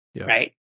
right